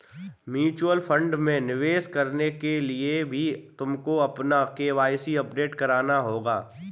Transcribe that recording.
mutual fund में निवेश करने के लिए भी तुमको अपना के.वाई.सी अपडेट कराना होगा